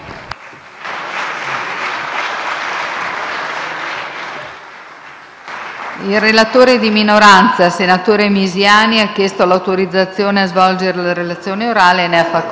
Il relatore di minoranza, senatore Misiani, ha chiesto l'autorizzazione a svolgere la relazione orale. Non